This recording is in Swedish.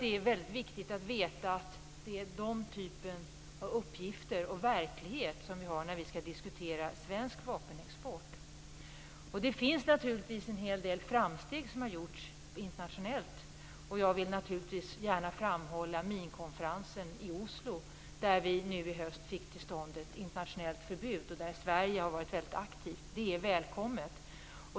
Men man skall veta att det är den typen av uppgifter och verklighet som vi har när vi skall diskutera svensk vapenexport. Det har naturligtvis gjorts en hel del framsteg internationellt. Jag vill då gärna framhålla minkonferensen i Oslo där man nu i höst fick till stånd ett internationellt förbud och där Sverige var väldigt aktivt. Det är välkommet.